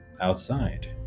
outside